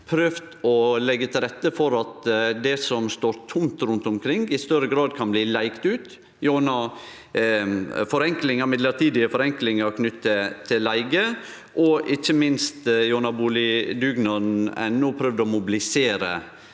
prøvd å leggje til rette for at det som står tomt rundt omkring, i større grad kan bli leigd ut gjennom midlertidige forenklingar knytte til leige, og ikkje minst har boligdugnaden.no prøvd å mobilisere